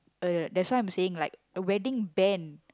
uh that's why I'm saying like a wedding band